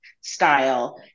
style